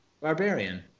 barbarian